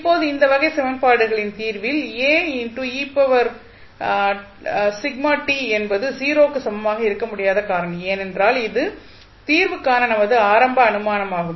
இப்போது இந்த வகை சமன்பாடுகளின் தீர்வில் என்பது 0 க்கு சமமாக இருக்க முடியாத காரணி ஏனென்றால் இது தீர்வுக்கான நமது ஆரம்ப அனுமானமாகும்